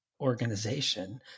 organization